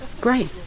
great